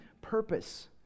purpose